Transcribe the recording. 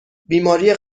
بیماری